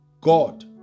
God